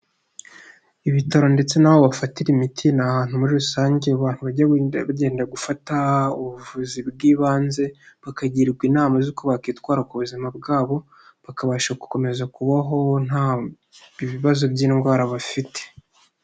Ibitaro ndetse n'aho bafatira imiti ni ahantu muri rusange abantu bajya bagenda gufata ubuvuzi bw'ibanze, bakagirwa inama z'uko bakitwara ku buzima bwabo, bakabasha gukomeza kubahoho nta bibazo by'indwara bafite.